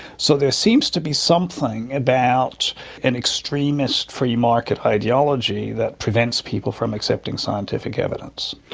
so there seems to be something about an extremist free-market ideology that prevents people from accepting scientific evidence.